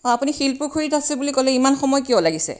অঁ আপুনি শিলপুখুৰীত আছে বুলি ক'লে ইমান সময় কিয় লাগিছে